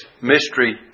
Mystery